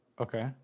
Okay